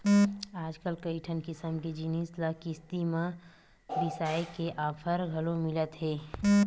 आजकल कइठन किसम के जिनिस ल किस्ती म बिसाए के ऑफर घलो मिलत हे